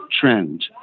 trend